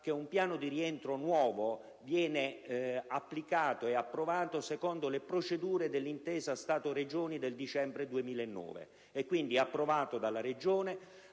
che un piano di rientro nuovo viene approvato secondo le procedure dell'intesa Stato-Regioni del dicembre 2009, e quindi approvato dalla Regione